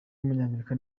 w’umunyamerika